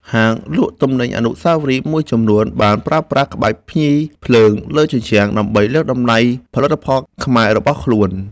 ហាងលក់ទំនិញអនុស្សាវរីយ៍មួយចំនួនបានប្រើប្រាស់ក្បាច់ភ្ញីភ្លើងលើជញ្ជាំង ដើម្បីលើកតម្លៃផលិតផលខ្មែររបស់ខ្លួន។